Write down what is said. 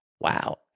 Wow